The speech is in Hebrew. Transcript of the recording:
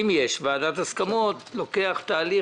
יש ועדות הסכמות, לוקח תהליך.